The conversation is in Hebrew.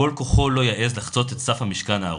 כל כוחו לא יעז לחצות את סף המשכן ההרוס".